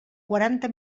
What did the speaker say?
quaranta